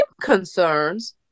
concerns